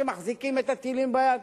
שמחזיקים את הטילים ביד,